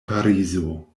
parizo